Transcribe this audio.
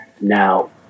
Now